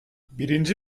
birinci